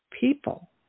people